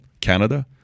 Canada